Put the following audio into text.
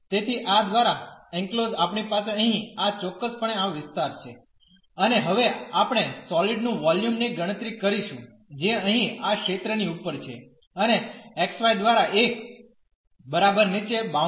તેથી આ દ્વારા એનક્લોઝ્ડ આપણી પાસે અહીં આ ચોક્કસપણે આ વિસ્તાર છે અને હવે આપણે સોલીડ નું વોલ્યુમ ની ગણતરી કરીશું જે અહીં આ ક્ષેત્રની ઉપર છે અને xy દ્વારા 1 બરાબર નીચે બાઉન્ડેડ છે